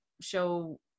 show